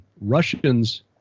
Russians